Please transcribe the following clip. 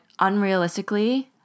unrealistically